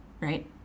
right